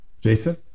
Jason